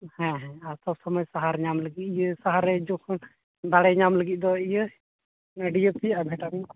ᱦᱮᱸ ᱦᱮᱸ ᱟᱨ ᱥᱚᱵᱽ ᱥᱚᱢᱚᱭ ᱥᱟᱦᱟᱨ ᱧᱟᱢ ᱞᱟᱹᱜᱤᱫ ᱤᱭᱟᱹ ᱥᱟᱦᱟᱨ ᱡᱚᱠᱷᱚᱱ ᱫᱟᱲᱮ ᱧᱟᱢ ᱞᱟᱹᱜᱤᱫ ᱫᱚ ᱤᱭᱟᱹ ᱰᱤ ᱮ ᱯᱤ ᱟᱨ ᱵᱷᱤᱴᱟᱢᱤᱱ